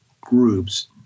groups